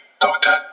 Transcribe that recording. Doctor